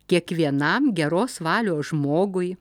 kiekvienam geros valios žmogui